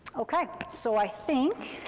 okay, so i think,